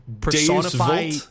personify